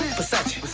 versace,